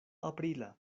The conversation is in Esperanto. aprila